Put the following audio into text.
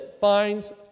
finds